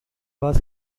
was